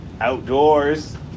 Outdoors